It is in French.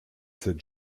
cette